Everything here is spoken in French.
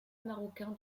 marocain